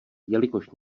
jelikož